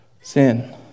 sin